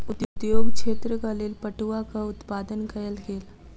उद्योग क्षेत्रक लेल पटुआक उत्पादन कयल गेल